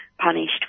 punished